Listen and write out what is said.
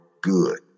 good